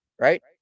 right